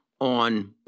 on